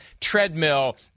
treadmill